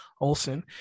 Olson